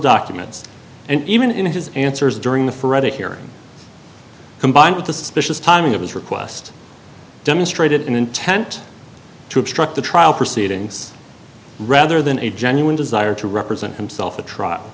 documents and even in his answers during the forever hearing combined with the suspicious timing of his request demonstrated an intent to obstruct the trial proceedings rather than a genuine desire to represent himself the trial